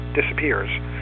disappears